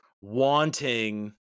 wanting